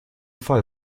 fall